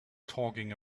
talking